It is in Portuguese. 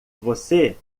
você